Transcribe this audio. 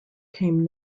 came